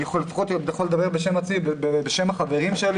אני לפחות יכול לדבר בשם עצמי ובשם החברים שלי